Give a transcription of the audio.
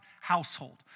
household